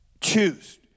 Choose